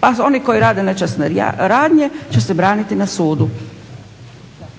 Pa oni koji rade nečasna radnje će se braniti na sudu.